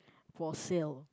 for sale